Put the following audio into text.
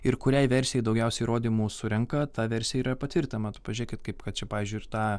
ir kuriai versijai daugiausiai įrodymų surenka ta versija yra patvirtinama pažiūrėkit kaip kad čia pavyzdžiui ir tą